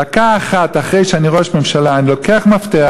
דקה אחת אחרי שאני ראש ממשלה אני לוקח מפתח,